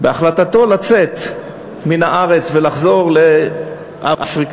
בהחלטתו לצאת מן הארץ ולחזור לאפריקה,